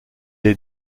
est